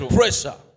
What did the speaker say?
pressure